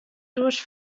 durch